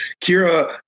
Kira